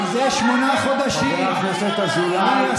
מזה שמונה חודשים, חבר הכנסת אזולאי.